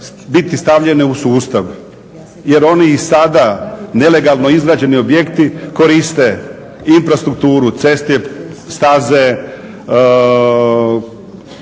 biti stavljene u sustav jer one i sada nelegalno izrađeni objekti koriste infrastrukturu, ceste, staze,